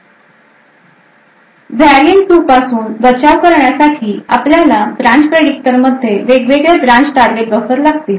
Variant 2 पासून बचाव करण्यासाठी आपल्याला Branch Predictor मध्ये वेगवेगळे ब्रांच टारगेट बफर लागतील